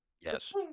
Yes